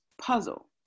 puzzle